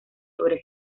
sobre